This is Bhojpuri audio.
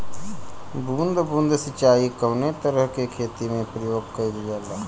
बूंद बूंद सिंचाई कवने तरह के खेती में प्रयोग कइलजाला?